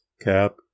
cap